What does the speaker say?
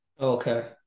Okay